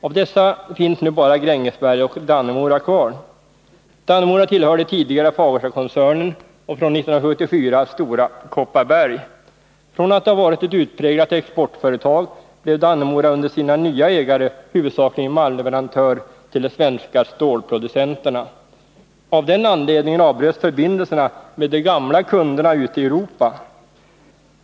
Av dessa finns nu bara Grängesberg och Dannemora kvar. Dannemora tillhörde tidigare Fagerstakoncernen och från 1974 Stora Kopparberg. Från att ha varit ett utpräglat exportföretag blev Dannemora under sina nya ägare huvudsakligen malmleverantör till de svenska stålproducenterna. Av den anledningen avbröts förbindelserna med de gamla kunderna ute i Europa.